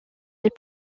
est